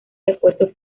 esfuerzos